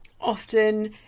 often